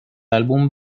álbum